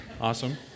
awesome